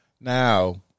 Now